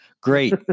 Great